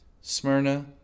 Smyrna